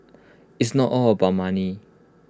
it's not all about money